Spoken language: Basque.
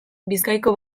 bizkaiko